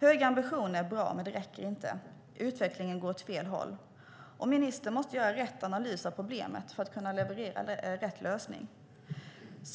Höga ambitioner är bra, men det räcker inte. Utvecklingen går åt fel håll. Ministern måste göra rätt analys av problemet för att kunna leverera rätt lösning.